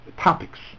topics